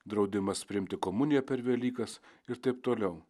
draudimas priimti komuniją per velykas ir taip toliau